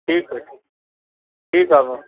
ठीकु आहे ठीकु ठीकु आहे